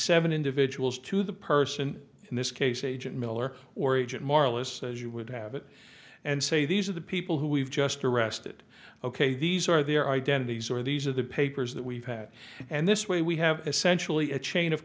seven individuals to the person in this case agent miller or agent moralists as you would have it and say these are the people who we've just arrested ok these are their identities are these are the papers that we've had and this way we have essentially a chain of